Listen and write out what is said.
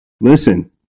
listen